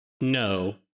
No